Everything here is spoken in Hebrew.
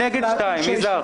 לא אושר.